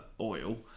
oil